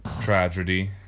tragedy